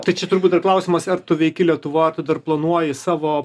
tai čia turbūt dar klausimas ar tu veiki lietuvoj ar tu dar planuoji savo